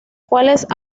cuales